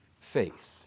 faith